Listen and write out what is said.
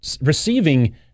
receiving